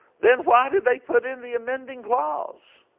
then why did they put in the amending clause?